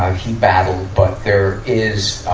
he battled. but there is, ah